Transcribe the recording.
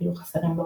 היו חסרים ברובם.